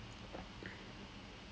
he was there when I